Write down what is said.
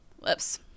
Whoops